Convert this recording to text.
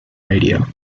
radio